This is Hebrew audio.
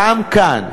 גם כאן.